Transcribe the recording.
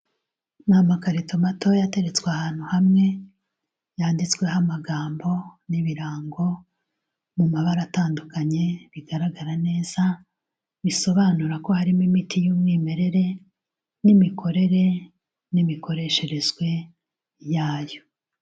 Ni amakarito matoya ateretswe ahantu hamwe yanditsweho amagambo n'ibirango mu mabara atandukanye bigaragara neza, bisobanura ko harimo imiti y'umwimerere n'imikorere n'imikoresherezwe yayo.